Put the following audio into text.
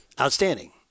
Outstanding